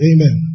Amen